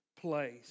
place